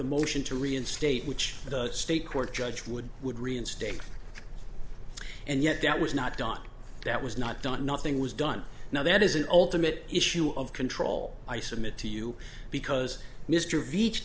the motion to reinstate which the state court judge would would reinstate and yet that was not done that was not done nothing was done now that is an ultimate issue of control i submit to you because mr